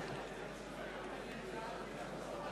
חבר הכנסת